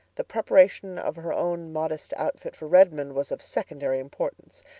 the preparation of her own modest outfit for redmond was of secondary importance.